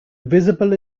visible